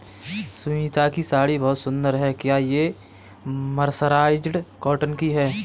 सुनीता की साड़ी बहुत सुंदर है, क्या ये मर्सराइज्ड कॉटन की है?